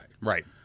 Right